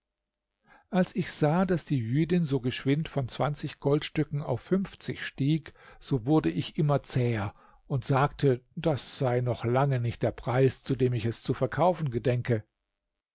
als ich sah daß die jüdin so geschwind von zwanzig goldstücken auf fünfzig stieg so wurde ich immer zäher und sagte das sei noch lange nicht der preis zu dem ich es zu verkaufen gedenke